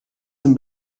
zum